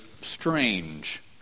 strange